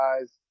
guys